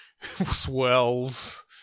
swells